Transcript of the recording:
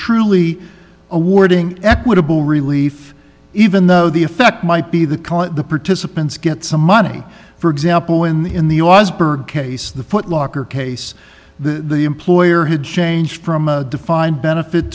truly awarding equitable relief even though the effect might be the cause the participants get some money for example in the in the case the footlocker case the employer had changed from a defined benefit